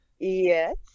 yes